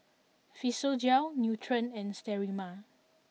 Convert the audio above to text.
Physiogel Nutren and Sterimar